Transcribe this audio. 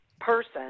person